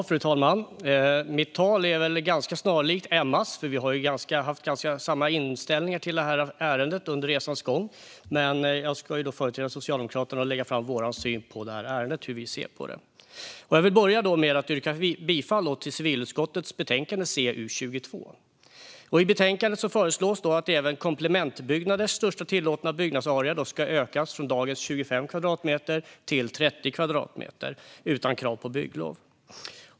Fru talman! Mitt anförande blir väl snarlikt Emmas, för vi har haft ganska likartad inställning till det här ärendet under resans gång. Men jag företräder Socialdemokraterna och ska lägga fram vår syn på ärendet. Jag börjar med att yrka bifall till förslaget i civilutskottets betänkande 22. I betänkandet föreslås att även komplementbyggnaders största tillåtna byggnadsarea ska ökas från dagens 25 kvadratmeter till 30 kvadratmeter utan krav på bygglov.